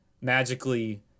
magically